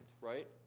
right